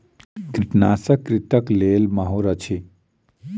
कृंतकनाशक कृंतकक लेल माहुर अछि